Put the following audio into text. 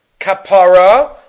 Kapara